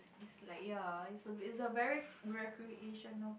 it's like ya it's it's a very recreational